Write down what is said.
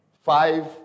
five